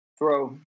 throw